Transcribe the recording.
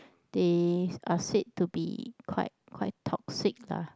they are said to be quite quite toxic lah